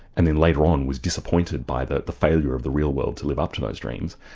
and then later on was disappointed by the the failure of the real world to live up to those dreams,